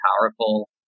powerful